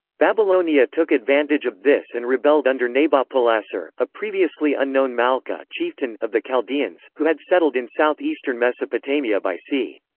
babylonia took advantage of this and rebelled under nabopolassar, a previously unknown malka of the chaldeans, who had settled in south eastern mesopotamia by c.